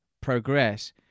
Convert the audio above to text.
progress